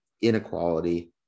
inequality